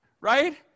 right